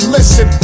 Listen